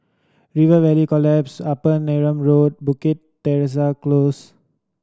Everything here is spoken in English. Rivervale Close Upper Neram Road Bukit Teresa Close